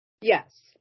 Yes